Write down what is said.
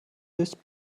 this